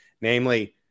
namely